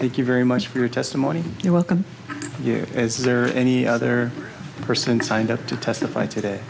t you very much for your testimony you're welcome is there any other person signed up to testify today